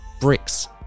bricks